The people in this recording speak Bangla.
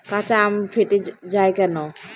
কাঁচা আম ফেটে য়ায় কেন?